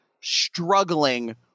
struggling